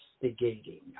investigating